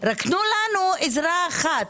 רק תנו לנו עזרה אחת,